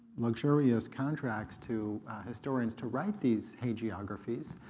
luxurious contracts to historians to write these hagiographies,